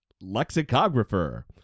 Lexicographer